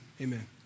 Amen